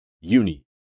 uni